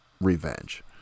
revenge